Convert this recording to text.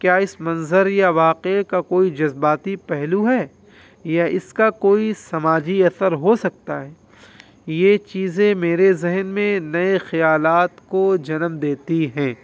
کیا اس منظر یا واقعے کا کوئی جذباتی پہلو ہے یا اس کا کوئی سماجی اثر ہو سکتا ہے یہ چیزیں میرے ذہن میں نئے خیالات کو جنم دیتی ہیں